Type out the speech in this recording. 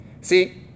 See